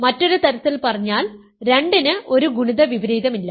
മറ്റൊരു തരത്തിൽ പറഞ്ഞാൽ 2 ന് ഒരു ഗുണിത വിപരീതമില്ല